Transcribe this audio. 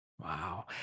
Wow